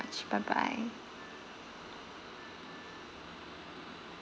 bye bye